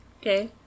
Okay